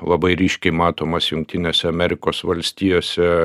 labai ryškiai matomas jungtinėse amerikos valstijose